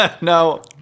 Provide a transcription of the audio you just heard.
No